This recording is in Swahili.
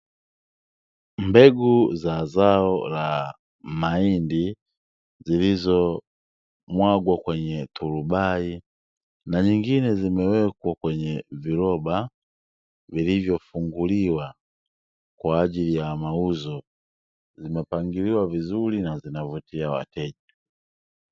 Mbegu za zao la mahindi, zilizomwagwa kwenye turubai na nyingine zimewekwa kwenye viroba vilivyofunguliwa, kwa ajili ya mauzo, zimepangiliwa vizuri na zinavutia wateja.